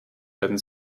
werden